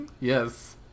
Yes